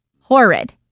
horrid